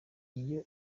iyo